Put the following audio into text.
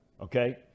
okay